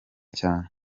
cyane